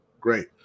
Great